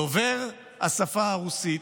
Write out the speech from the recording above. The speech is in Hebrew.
דובר השפה הרוסית.